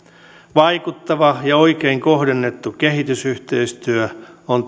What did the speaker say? vaikuttava ja oikein kohdennettu kehitysyhteistyö on